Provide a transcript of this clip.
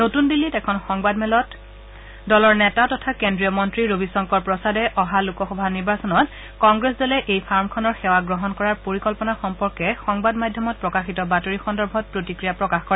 নতুন দিল্লীত এখন সংবাদমেলত তলৰ নেতা তথা কেন্দ্ৰীয় মন্ত্ৰী ৰবীশংকৰ প্ৰসাদে অহা লোকসভা নিৰ্বাচনত কংগ্ৰেছ দলে এই ফাৰ্মখনৰ সেৱা গ্ৰহণ কৰাৰ পৰিকল্পনা সম্পৰ্কে সংবাদ মাধ্যমত প্ৰকাশিত বাতৰি সন্দৰ্ভত প্ৰতিক্ৰিয়া প্ৰকাশ কৰে